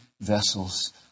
vessels